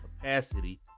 capacity